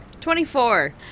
Twenty-four